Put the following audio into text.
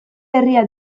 herria